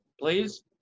Please